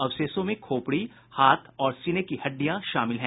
अवशेषों में खोपड़ी हाथ और सीने की हड्डियां शामिल हैं